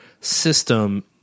system